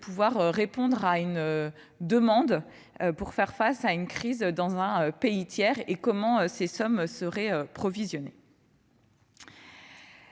répondre présent pour faire face à une crise survenant dans un pays tiers et comment ces sommes seraient provisionnées.